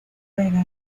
alemania